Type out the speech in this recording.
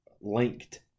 linked